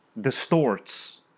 distorts